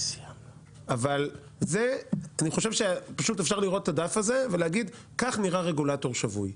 אבל אני חושב שאפשר פשוט לראות את הדף הזה ולהגיד כך נראה רגולטור שבוי.